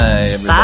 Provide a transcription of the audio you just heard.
Bye